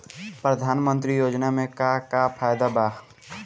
प्रधानमंत्री योजना मे का का फायदा बा?